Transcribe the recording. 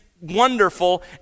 wonderful